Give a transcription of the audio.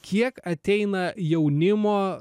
kiek ateina jaunimo